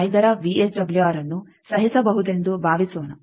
5ರ ವಿಎಸ್ಡಬ್ಲ್ಯೂಆರ್ಅನ್ನು ಸಹಿಸಬಹುದೆಂದು ಭಾವಿಸೋಣ